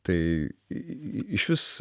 tai išvis